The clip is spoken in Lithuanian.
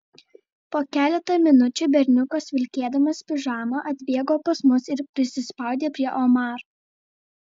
po keleto minučių berniukas vilkėdamas pižamą atbėgo pas mus ir prisispaudė prie omaro